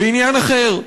ועניין אחר.